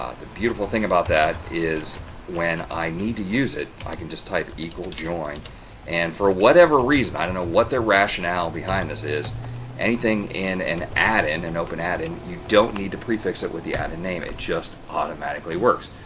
the beautiful thing about that is when i need to use it i can just type equal join and for whatever reason i don't know what their rationale behind this is anything in an add-in and open add-in, you don't need to prefix it with the added name it just automatically works.